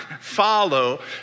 follow